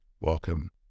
Welcome